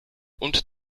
und